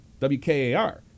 WKAR